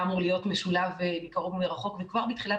אמור להיות משולב "מקרוב ומרחוק" וכבר מתחילת